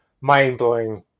mind-blowing